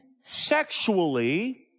sexually